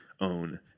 own